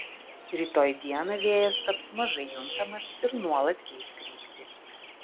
rytoj dieną vėjas taps mažai juntamas ir nuolat keis kryptį